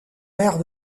maire